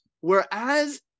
Whereas